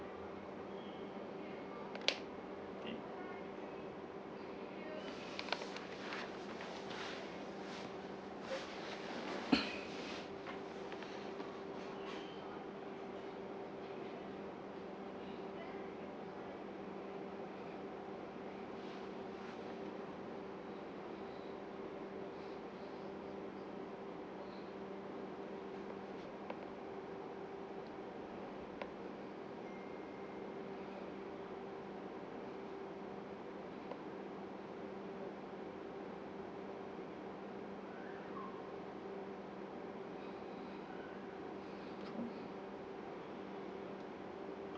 um